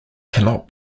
cannot